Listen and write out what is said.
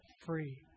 free